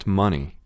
money